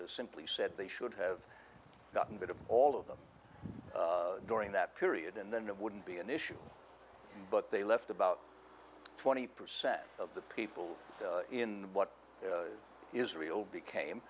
morris simply said they should have gotten rid of all of them during that period and then it wouldn't be an issue but they left about twenty percent of the people in what israel became